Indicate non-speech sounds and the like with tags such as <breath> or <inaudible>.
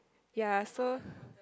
ya so <breath>